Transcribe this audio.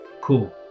cool